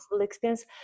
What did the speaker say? experience